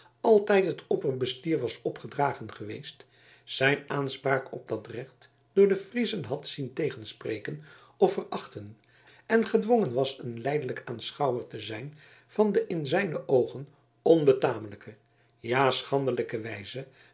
altijd het opperbestier was opgedragen geweest zijn aanspraak op dat recht door de friezen had zien tegenspreken of verachten en gedwongen was een lijdelijk aanschouwer te zijn van de in zijne oogen onbetamelijke ja schandelijke wijze